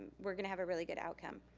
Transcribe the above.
we're gonna have a really good outcome.